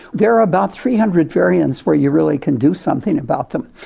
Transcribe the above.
there are about three hundred variants where you really can do something about them.